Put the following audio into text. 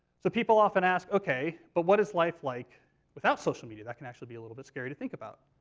so people often ask, ok, but what is life like without social media? that can actually be a little bit scary to think about.